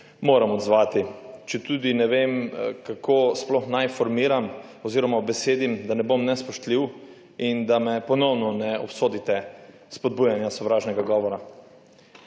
moram odzvati, četudi ne vem kako sploh naj formiram oziroma ubesedim, da ne bom nespoštljiv, in da me ponovno ne obsodite spodbujanja sovražnega govora.